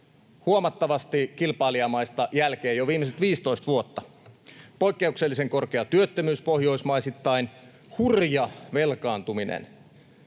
huomattavasti kilpailijamaista jälkeen jo viimeiset 15 vuotta. Poikkeuksellisen korkea työttömyys pohjoismaisittain. Hurja velkaantuminen,